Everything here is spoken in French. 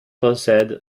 possède